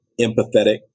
empathetic